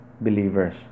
believers